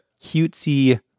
cutesy